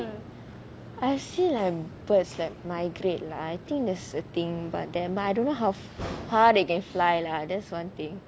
I see like birds like migrate like I think that's a thing but I don't know how far they can fly lah that's one thing